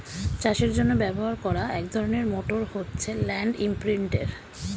চাষের জন্য ব্যবহার করা এক ধরনের মোটর হচ্ছে ল্যান্ড ইমপ্রিন্টের